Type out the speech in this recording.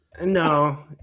No